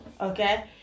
Okay